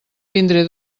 vindré